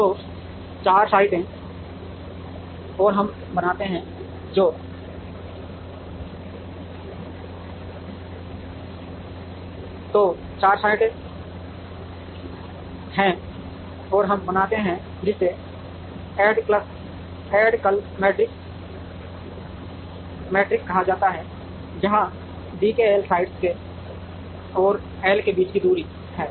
तो 4 साइटें हैं और हम बनाते हैं जिसे एडक्कल मैट्रिक्स कहा जाता है जहां डीकेएल साइट्स के और एल के बीच की दूरी है